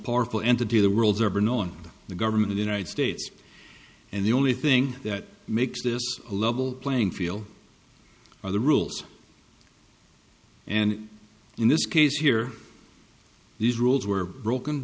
powerful entity the world's ever known the government of the united states and the only thing that makes this a level playing field are the rules and in this case here these rules were broken